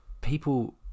people